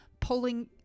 Pulling